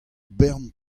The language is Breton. bern